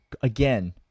again